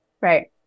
Right